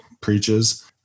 preaches